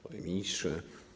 Panie Ministrze!